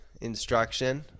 instruction